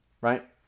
right